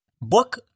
Book